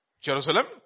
Jerusalem